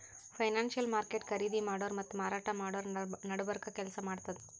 financial market ಖರೀದಿ ಮಾಡೋರ್ ಮತ್ತ್ ಮಾರಾಟ್ ಮಾಡೋರ್ ನಡಬರ್ಕ್ ಕೆಲ್ಸ್ ಮಾಡ್ತದ್